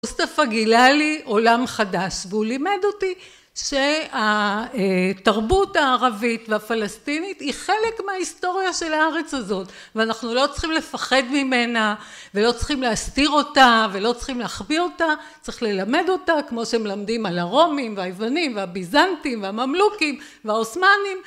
מוסטפה גילה לי עולם חדש, והוא לימד אותי שהתרבות הערבית והפלסטינית היא חלק מההיסטוריה של הארץ הזאת, ואנחנו לא צריכים לפחד ממנה, ולא צריכים להסתיר אותה, ולא צריכים להחביא אותה. צריך ללמד אותה, כמו שמלמדים על הרומים והיוונים והביזנטים והממלוכים והעות'מנים